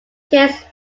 case